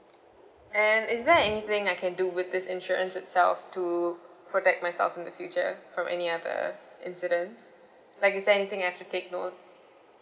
and is there anything I can do with this insurance itself to protect myself in the future from any other incidents like is there anything I have to take note